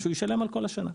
ישלם עבור כל השנה.